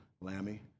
Lammy